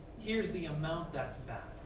here's the amount that's bad?